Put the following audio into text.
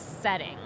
setting